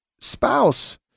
spouse